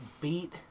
beat